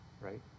right